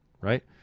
right